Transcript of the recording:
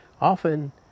Often